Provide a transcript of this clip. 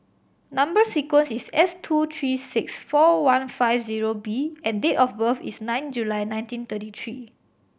number sequence is S two three six four one five zero B and date of birth is nine July nineteen thirty three